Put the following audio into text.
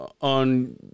on